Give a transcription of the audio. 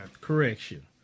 correction